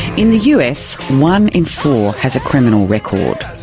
in the us, one in four has a criminal record.